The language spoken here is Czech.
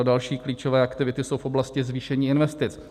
Další klíčové aktivity jsou v oblasti zvýšení investic.